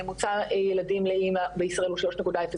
ממוצע ילדים לאמא בישראל הוא 3.01,